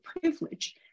privilege